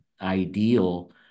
ideal